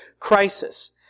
Crisis